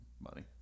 money